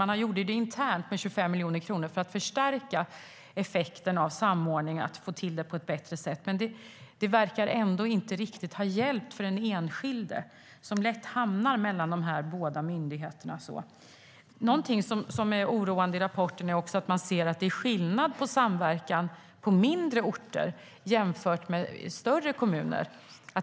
Man gjorde det internt med 25 miljoner kronor för att förstärka effekten av samordningen och få till det på ett bättre sätt. Men det verkar ändå inte riktigt ha hjälpt för den enskilde som lätt hamnar mellan dessa båda myndigheter. Någonting som är oroande i rapporten är också att man ser att det är skillnad på samverkan på mindre orter jämfört med större kommuner.